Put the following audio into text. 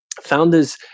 founders